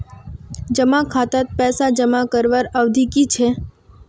जमा खातात पैसा जमा करवार अवधि की छे?